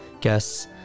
guests